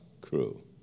crew